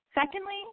Secondly